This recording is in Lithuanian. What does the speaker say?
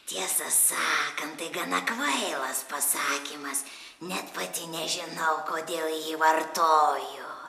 tiesą sakant tai gana kvailas pasakymas net pati nežinau kodėl jį vartoju